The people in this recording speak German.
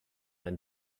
ein